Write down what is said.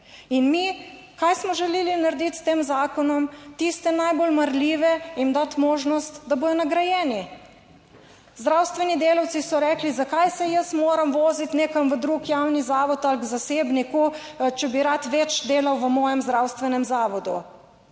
In mi, kaj smo želeli narediti s tem zakonom? Tiste najbolj marljive, jim dati možnost, da bodo nagrajeni. Zdravstveni delavci so rekli, zakaj se jaz moram voziti nekam v drug javni zavod ali k zasebniku, če bi rad več delal v mojem zdravstvenem zavodu.